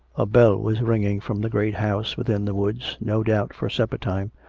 a bell was ringing from the great house within the woods, no doubt for supper-time,